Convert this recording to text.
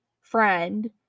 friend